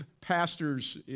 Pastors